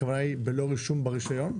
הכוונה היא בלא רישום ברישיון?